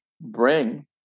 bring